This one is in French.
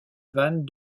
vannes